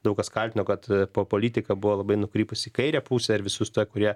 daug kas kaltino kad po politika buvo labai nukrypusi į kairę pusę ir visus tuos kurie